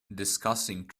discussing